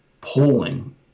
polling